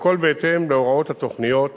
והכול בהתאם להוראות התוכניות,